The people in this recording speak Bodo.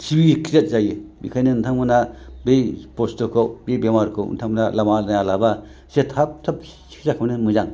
टि बि क्रियेट जायो बेखायनो नोंथांमोना बै बुस्थुखौ बे बेमारखौ नोंथांमोना लामा नाया लाबा एसे थाब थाब सिखिदसा खामनाया मोजां